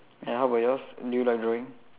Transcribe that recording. ya how about yours do you like drawing